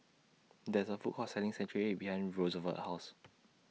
There IS A Food Court Selling Century Egg behind Rosevelt's House